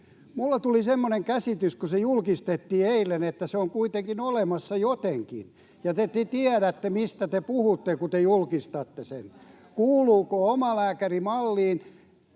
Minulle tuli semmoinen käsitys, kun se julkistettiin eilen, että se on kuitenkin olemassa jotenkin ja te tiedätte, mistä te puhutte, kun te julkistatte sen. Kuuluvatko omalääkärimalliin